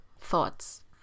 thoughts